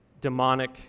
demonic